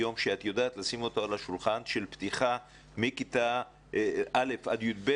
יודעת לשים על השולחן של פתיחה של כל כיתות בתי הספר.